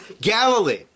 Galilee